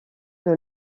que